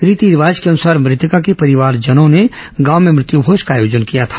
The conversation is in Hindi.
रीति रिवाज के अनुसार मृतका के परिवारजनों ने गांव में मृत्युभोज का आयोजन किया था